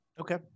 Okay